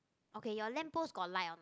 okay your lamp post got light or not